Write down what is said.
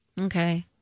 Okay